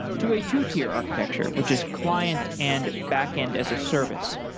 to a two-tier architecture, which is client and backend as a service.